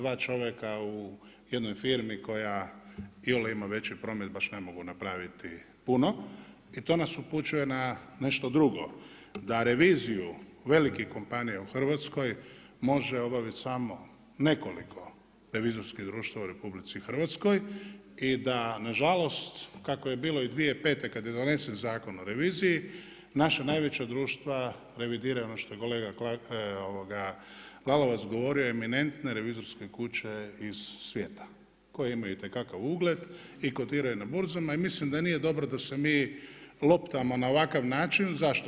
Dva čovjeka u jednoj firmi koja iole ima veći promet baš ne mogu napraviti puno i to nas upućuje na nešto drugo, da reviziju velikih kompanija u Hrvatskoj, može obaviti samo nekoliko revizorskih društava u RH i da nažalost kako je bilo i 2005. kad je donesen zakon o reviziji, naša najveća društva revidirana, što je kolega Lalovac govorio, eminentne revizorske kuće iz svijeta koje imaju itekakav ugled i kotiraju na burzama i mislim da nije dobro da se mi loptamo na ovakav način, zašto?